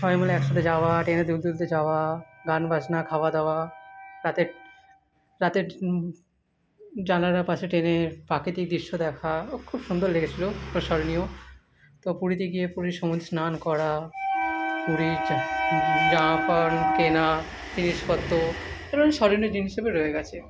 সবাই মিলে একসাথে যাওয়া ট্রেনে দুলতে দুলতে যাওয়া গান বাজনা খাওয়া দাওয়া রাতে রাতের জানালার পাশে ট্রেনের প্রাকৃতিক দৃশ্য দেখা ও খুব সুন্দর লেগেছিলো খুব স্মরণীয় তো পুরীতে গিয়ে পুরীর সমুদ্রে স্নান করা পুরীর কাপড় জাপড় কেনা জিনিসপত্র এরকম স্মরণীয় দিন হিসেবে রয়ে গেছে